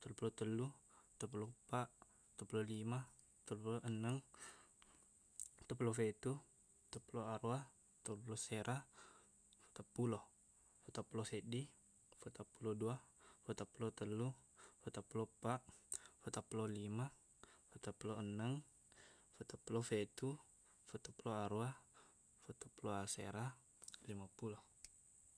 telluppulo tellu teppulo eppaq teppulo lima teppulo enneng teppulo fetu teppulo aruwa teppulo asera petappulo petappulo seddi petappulo dua petappulo tellu petappulo eppaq petappulo lima petappulo enneng petappulo fetu petappulo aruwa petappulo asera limappulo